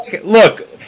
look